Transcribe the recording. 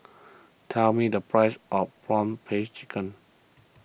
tell me the price of Prawn Paste Chicken